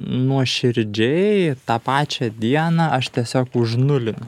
nuoširdžiai tą pačią dieną aš tiesiog už nulinu